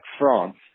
France